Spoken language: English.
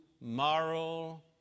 moral